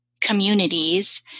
communities